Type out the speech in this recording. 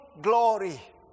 glory